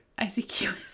ICQ